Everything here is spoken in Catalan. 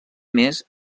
més